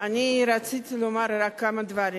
אני רציתי לומר רק כמה דברים.